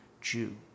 Jew